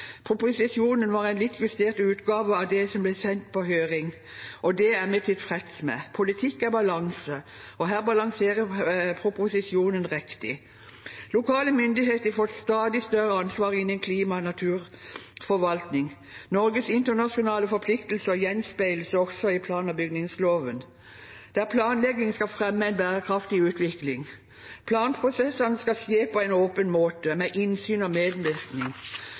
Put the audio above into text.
Proposisjonen er en litt justert utgave av det som ble sendt på høring, og det er vi tilfreds med. Politikk er balanse, og her balanserer proposisjonen riktig. Lokale myndigheter får stadig større ansvar innen klima- og naturforvaltning. Norges internasjonale forpliktelser gjenspeiles også i plan- og bygningsloven, der planlegging skal fremme en bærekraftig utvikling. Planprosessene skal skje på en åpen måte, med innsyn og medvirkning.